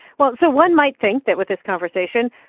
well, so one might think that, with this conversation,